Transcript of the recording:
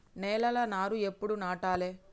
నేలలా నారు ఎప్పుడు నాటాలె?